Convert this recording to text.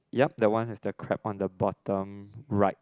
yup the one have the crab on the bottom right